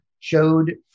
showed